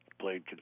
played